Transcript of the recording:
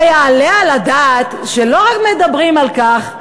היעלה על הדעת שלא רק מדברים על כך,